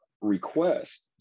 request